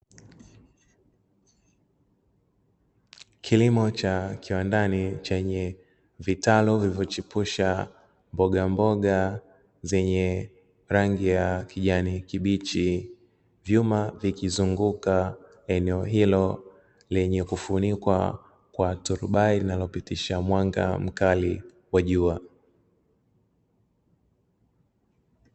Kilimo cha kiwandani chenye vitalu vilivyochipusha mbogamboga zenye rangi ya kijani kibichi vyuma, vikizunguka eneo hilo lenye kufunikwa kwa turubai linalopitisha mwanga mkali wa jua.